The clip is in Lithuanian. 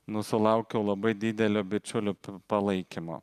nu sulaukiau labai didelio bičiulių palaikymo